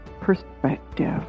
Perspective